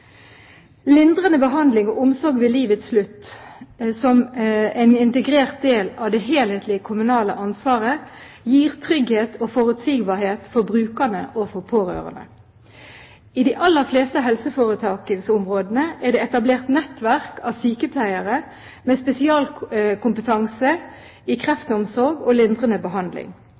Lindrende behandling og omsorg ved livets slutt som en integrert del av det helhetlige kommunale ansvaret gir trygghet og forutsigbarhet for brukerne og for pårørende. I de aller fleste helseforetaksområdene er det etablert nettverk av sykepleiere med spesialkompetanse i kreftomsorg og lindrende behandling.